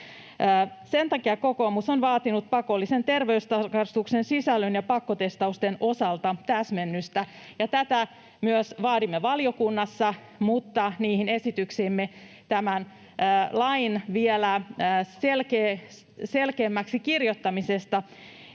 Sen takia kokoomus on vaatinut pakollisen terveystarkastuksen sisällön ja pakkotestausten osalta täsmennystä, ja tätä myös vaadimme valiokunnassa, mutta niitä esityksiämme tämän lain kirjoittamisesta